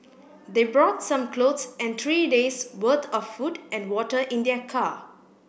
they brought some clothes and three days' worth of food and water in their car